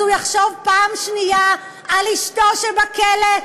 אז הוא יחשוב פעם שנייה על אשתו שבכלא,